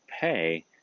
pay